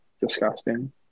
disgusting